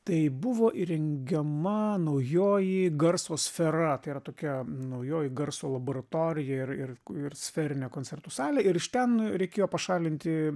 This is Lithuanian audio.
tai buvo įrengiama naujoji garso sfera tai yra tokia naujoji garso laboratorija ir ir ir sferinė koncertų salė ir iš ten reikėjo pašalinti